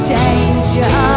danger